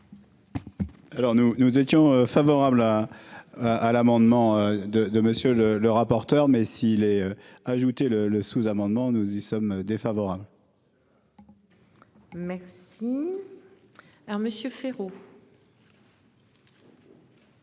nous nous étions favorables à. À l'amendement de de monsieur le rapporteur. Mais s'il les a ajouté le le sous-amendement, nous y sommes défavorables. Merci. Alors Monsieur Féraud.